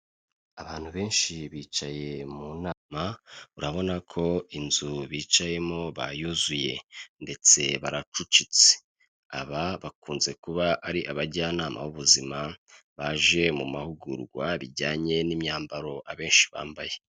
Abantu benshi bicaye mu nama urabona ko inzu bicayemo bayuzuye ndetse baracucitse, aba bakunze kuba ari abajyanama b'ubuzima baje mu mahugurwa bijyanye n'imyambaro abenshi bambaye.